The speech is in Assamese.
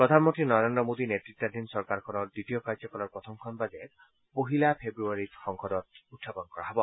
প্ৰধানমন্ত্ৰী নৰেন্দ্ৰ মোদী নেতৃতাধীন চৰকাৰখনৰ দ্বিতীয় কাৰ্যকালৰ প্ৰথমখন বাজেট পহিলা ফেব্ৰুৱাৰীত সংসদত উখাপন কৰা হ'ব